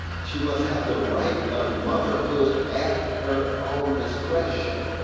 she must have the right of motherhood at her own discretion.